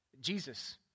Jesus